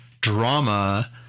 drama